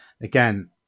again